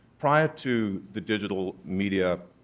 prior to the digital media